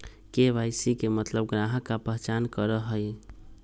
KYC के मतलब ग्राहक का पहचान करहई?